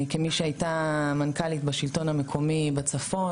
כמי שהייתה מנכ"לית בשלטון המקומי בצפון,